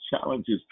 challenges